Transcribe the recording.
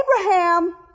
Abraham